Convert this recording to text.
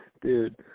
dude